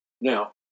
now